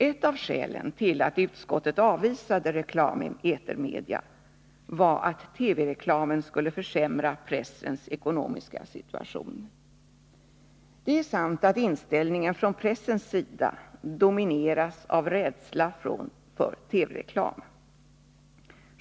Ett av skälen till att utskottet avvisade reklam i media var att TV-reklamen skulle försämra pressens ekonomiska situation. Det är sant att inställningen från pressens sida domineras av rädsla för konkurrens från TV-reklamen.